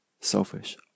selfish